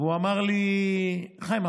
והוא אמר לי: חיים,